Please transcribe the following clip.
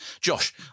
Josh